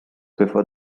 before